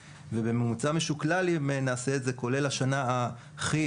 ובממוצע משוקלל אם זה את זה כולל השנה הכי